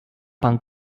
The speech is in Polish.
pan